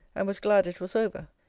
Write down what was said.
and was glad it was over.